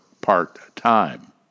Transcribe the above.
part-time